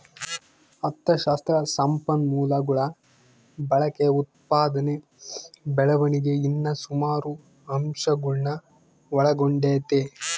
ಅಥಶಾಸ್ತ್ರ ಸಂಪನ್ಮೂಲಗುಳ ಬಳಕೆ, ಉತ್ಪಾದನೆ ಬೆಳವಣಿಗೆ ಇನ್ನ ಸುಮಾರು ಅಂಶಗುಳ್ನ ಒಳಗೊಂಡತೆ